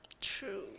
True